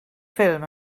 ffilm